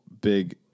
big